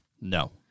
No